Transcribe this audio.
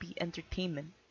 Entertainment